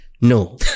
no